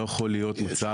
יש.